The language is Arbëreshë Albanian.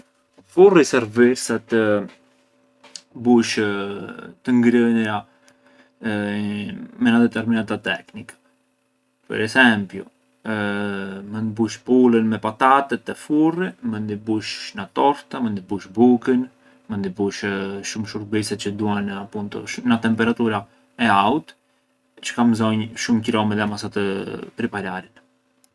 Furri servir sa të bush të ngrënëra me na determinata tecnica per esempiu mënd bush pulën me patatet te furri, mënd i bush na torta, mënd i bush bukë, mënd i bush shumë shurbise çë duan appuntu na temperatura e aut çë kanë mboznjë shumë qëro midhema sa të pripararen.